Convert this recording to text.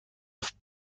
auf